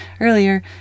earlier